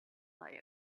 like